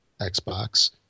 Xbox